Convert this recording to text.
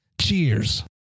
Cheers